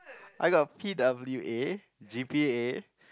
I got P W A G P A